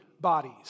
bodies